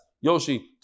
Yoshi